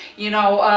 you know,